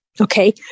Okay